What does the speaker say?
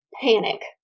panic